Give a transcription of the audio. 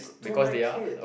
just don't like it